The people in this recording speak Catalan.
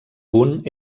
punt